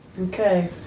Okay